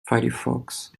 firefox